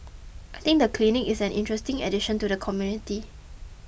I think the clinic is an interesting addition to the community